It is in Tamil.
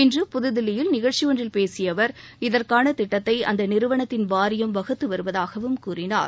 இன்று புதுதில்லியில் நிகழ்ச்சி ஒன்றில் பேசிய அவர் இதற்கான திட்டத்தை அந்த நிறுவனத்தின் வாரியம் வகுத்து வருவதாகவும் கூறினார்